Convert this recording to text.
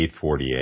848